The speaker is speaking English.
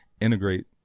integrate